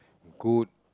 good